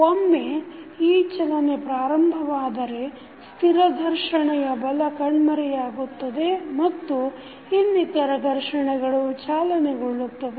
ಒಮ್ಮೆ ಈ ಚಲನೆ ಪ್ರಾರಂಭವಾದರೆ ಸ್ಥಿರ ಘರ್ಷಣೆಯ ಬಲ ಕಣ್ಮರೆಯಾಗುತ್ತದೆ ಮತ್ತು ಇನ್ನಿತರ ಘರ್ಷಣೆಗಳು ಚಾಲನೆಗೊಳ್ಳುತ್ತವೆ